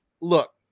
look